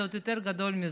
זה עוד יותר גדול מזה.